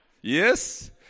Yes